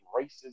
racist